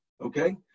okay